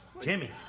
Jimmy